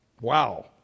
Wow